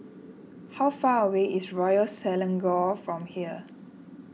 how far away is Royal Selangor from here